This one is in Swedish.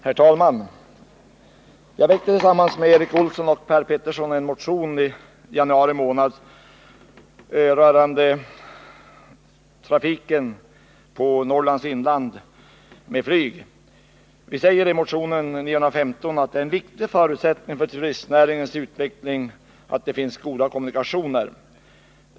Herr talman! Jag har tillsammans med Erik Olsson och Per Petersson m.fl. väckt en motion i januari månad rörande flygtrafiken på Norrlands inland. Vi säger i motionen, nr 915, att det är en viktig förutsättning för turistnäringens utveckling att det finns goda kommunikationer.